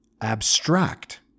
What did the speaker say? abstract